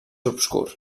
obscur